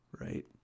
right